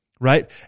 Right